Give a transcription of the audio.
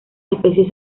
especies